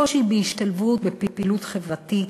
קושי בהשתלבות בפעילות חברתית,